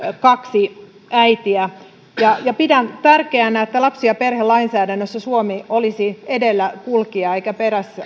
kaksi äitiä pidän tärkeänä että lapsi ja perhelainsäädännössä suomi olisi edelläkulkija eikä